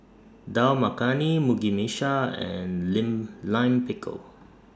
Dal Makhani Mugi Meshi and Lime Line Pickle